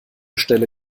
stelle